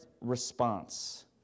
response